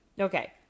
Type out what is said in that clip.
Okay